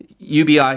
UBI